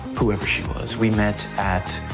whoever she was. we met at